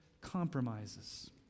compromises